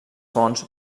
fonts